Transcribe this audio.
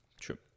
True